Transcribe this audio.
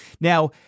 Now